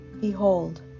Behold